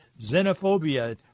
xenophobia